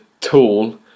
tool